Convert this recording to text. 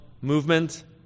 movement